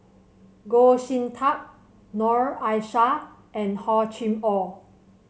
Goh Sin Tub Noor Aishah and Hor Chim Or